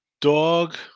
Dog